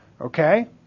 Okay